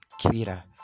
Twitter